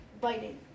Biting